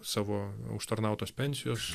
savo užtarnautos pensijos